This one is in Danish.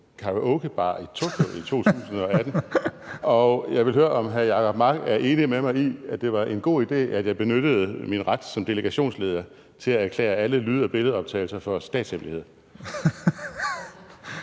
karaokebar i Tokyo i 2018, og jeg vil høre, om hr. Jacob Mark er enig med mig i, at det var en god idé, at jeg benyttede min ret som delegationsleder til at erklære alle lyd- og billedoptagelser for en statshemmelighed.